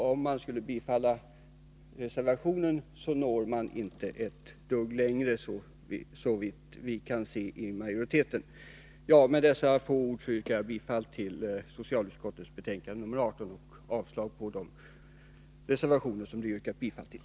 Om man skulle bifalla reservationen når man, såvitt vi i majoriteten kan se, inte ett dugg längre. Med dessa få ord yrkar jag bifall till utskottets hemställan i socialutskottets betänkande nr 18 och avslag på de reservationer som det har yrkats bifall till.